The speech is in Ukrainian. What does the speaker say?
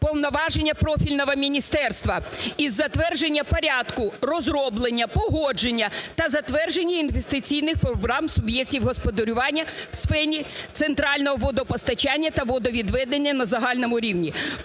повноваження профільного міністерства і затвердження порядку розроблення, погодження та затвердження інвестиційних програм суб'єктів господарювання в сфері центрального водопостачання та водовідведення на загальному рівні.